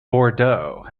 bordeaux